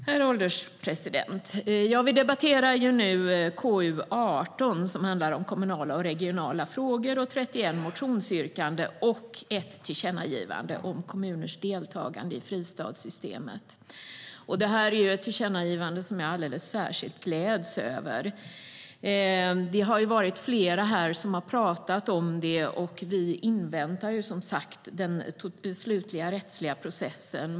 Herr ålderspresident! Vi debatterar nu KU18, som handlar om kommunala och regionala frågor och har 31 motionsyrkanden och ett tillkännagivande om kommuners deltagande i fristadssystemet. Det här är ett tillkännagivande som jag gläds över alldeles särskilt. Flera här har talat om det. Vi inväntar som sagt den slutliga rättsliga processen.